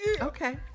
okay